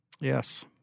Yes